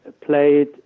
played